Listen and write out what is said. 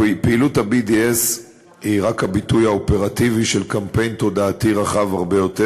פעילות ה-BDS היא רק הביטוי האופרטיבי של קמפיין תודעתי רחב הרבה יותר,